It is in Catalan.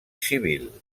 civil